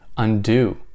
undo